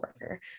worker